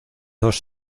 dos